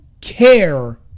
care